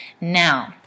Now